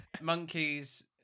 Monkeys